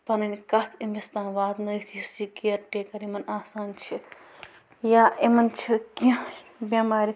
پَنٛنٕۍ کَتھ أمِس تام واتہٕ نٲوِتھ یُس یہِ کیر ٹیکَر یِمَن آسان چھِ یا یِمَن چھِ کیٚنہہ بٮ۪مارِ